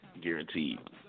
Guaranteed